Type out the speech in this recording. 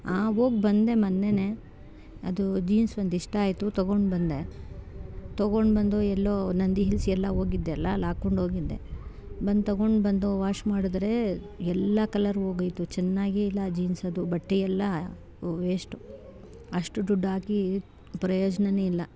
ಹಾಂ ಹೋಗಿ ಬಂದೆ ಮೊನ್ನೆಯೇ ಅದು ಜೀನ್ಸ್ ಒಂದಿಷ್ಟ ಆಯ್ತು ತೊಗೊಂಡು ಬಂದೆ ತೊಗೊಂಡು ಬಂದು ಎಲ್ಲೋ ನಂದಿ ಹಿಲ್ಸ್ ಎಲ್ಲ ಹೋಗಿದ್ದೆ ಅಲ್ಲ ಅಲ್ಲಿ ಹಾಕ್ಕೊಂಡು ಹೋಗಿದ್ದೆ ಬಂದು ತೊಗೊಂಡು ಬಂದು ವಾಷ್ ಮಾಡಿದ್ರೆ ಎಲ್ಲ ಕಲರ್ ಹೋಗೈತು ಚೆನ್ನಾಗೇ ಇಲ್ಲ ಆ ಜೀನ್ಸ್ ಅದು ಬಟ್ಟೆ ಎಲ್ಲ ವೇಸ್ಟು ಅಷ್ಟು ದುಡ್ಡಾಕಿ ಪ್ರಯೋಜ್ನವೇ ಇಲ್ಲ